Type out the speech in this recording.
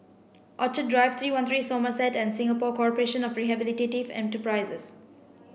Orchid Drive Three One Three Somerset and Singapore Corporation of Rehabilitative Enterprises